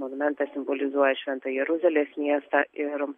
monumentas simbolizuoja šventą jeruzalės miestą ir